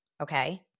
Okay